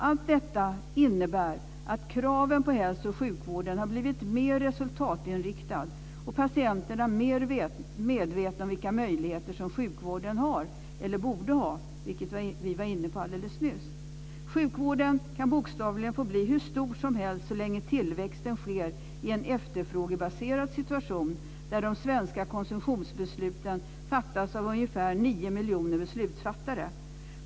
Allt detta innebär att kraven på hälso och sjukvården har blivit mer resultatinriktade och patienterna mer medvetna om vilka möjligheter sjukvården har eller borde ha, vilket vi var inne på alldeles nyss. Sjukvården kan bokstavligen få bli hur stor som helst så länge tillväxten sker i en efterfrågebaserad situation där de svenska konsumtionsbesluten fattas av ungefär nio miljoner beslutsfattare.